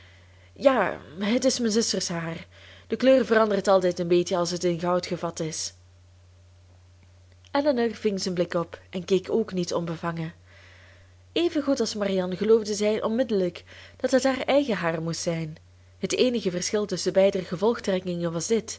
ja het is mijn zuster's haar de kleur verandert altijd een beetje als het in goud gevat is elinor ving zijn blik op en keek ook niet onbevangen evengoed als marianne geloofde zij onmiddellijk dat het haar eigen haar moest zijn het eenige verschil tusschen beider gevolgtrekkingen was dit